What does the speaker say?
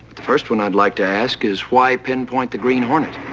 the first one i'd like to ask is, why pinpoint the green hornet?